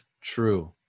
True